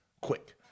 quick